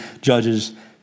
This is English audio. judges